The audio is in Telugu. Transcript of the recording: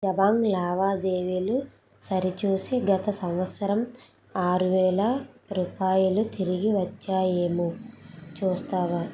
జబాంగ్ లావాదేవీలు సరిచూసి గత సంవత్సరం ఆరు వేల రూపాయలు తిరిగి వచ్చాయేమో చూస్తావా